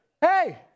hey